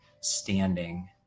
standing